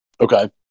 Okay